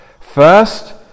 First